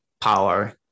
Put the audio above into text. power